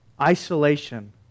isolation